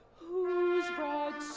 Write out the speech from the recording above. whose broad